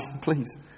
Please